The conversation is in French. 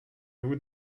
vous